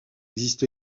existent